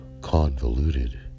convoluted